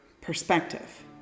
perspective